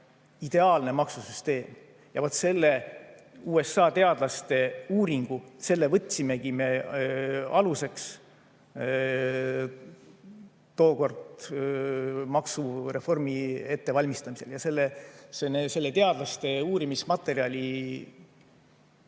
ideaalne maksusüsteem. Ja vaat selle USA teadlaste uuringu me võtsimegi tookord aluseks maksureformi ettevalmistamisel. Selle teadlaste uurimismaterjali